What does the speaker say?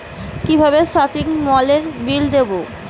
কিভাবে সপিং মলের বিল দেবো?